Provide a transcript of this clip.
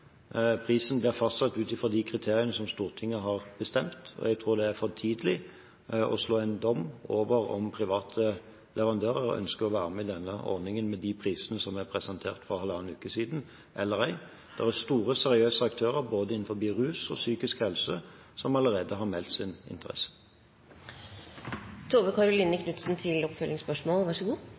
Prisen blir fastsatt ut ifra de kriteriene som Stortinget har bestemt, og jeg tror det er for tidlig å felle en dom over spørsmålet om hvorvidt private aktører ønsker å være med i denne ordningen, med de prisene som ble presentert for halvannen uke siden, eller ikke. Det er store, seriøse aktører – innenfor både rus og psykisk helse – som allerede har meldt sin interesse. Tove Karoline Knutsen – til oppfølgingsspørsmål.